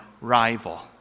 rival